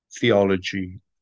theology